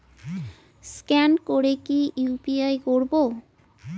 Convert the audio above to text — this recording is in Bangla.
স্ক্যান করে কি করে ইউ.পি.আই করবো?